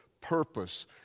purpose